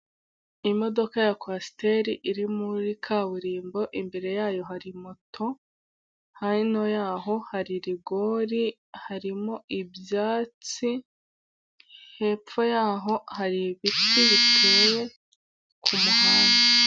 Imodoka ya kwasiteri iri muri kaburimbo, imbere yayo hari moto, hino yaho hari rigori harimo ibyatsi, hepfo yaho hari ibiti biteye ku muhanda.